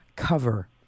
Cover